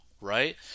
right